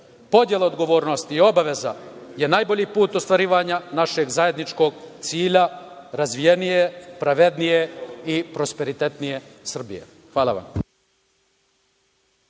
Podela odgovornosti i obaveza je najbolji put ostvarivanja našeg zajedničkog cilja, razvijenije, pravednije i prosperitetnije Srbije. Hvala vam.